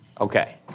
Okay